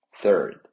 Third